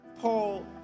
Paul